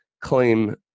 claim